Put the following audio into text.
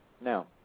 Now